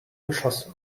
geschosse